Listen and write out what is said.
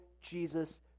Jesus